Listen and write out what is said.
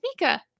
Mika